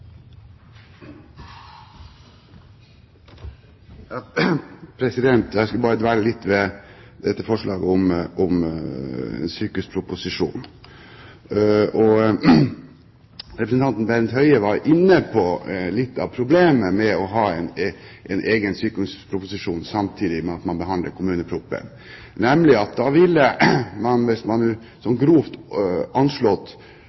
Bent Høie var inne på litt av problemet med å ha en egen sykehusproposisjon samtidig med at man behandler kommuneproposisjonen, nemlig at man da grovt anslått vil behandle oppimot halve statsbudsjettets ramme i juni. Kommuneproposisjonen er